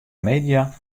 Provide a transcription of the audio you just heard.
media